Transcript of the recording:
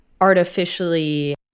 artificially